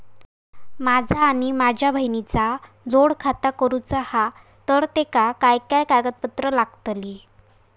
माझा आणि माझ्या बहिणीचा जोड खाता करूचा हा तर तेका काय काय कागदपत्र लागतली?